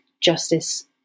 justice